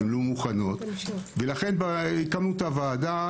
לכן הקמנו את הוועדה.